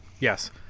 yes